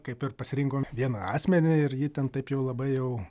kaip ir pasirinkom vieną asmenį ir jį ten taip jau labai jau